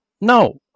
No